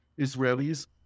Israelis